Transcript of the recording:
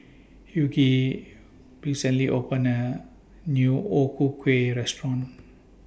Hughie recently opened A New O Ku Kueh Restaurant